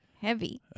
Heavy